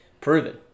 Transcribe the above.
proven